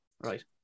Right